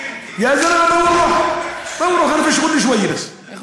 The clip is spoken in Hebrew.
(אומר בערבית: השבח לאל.) אתה שקוף?